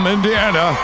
Indiana